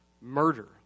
murder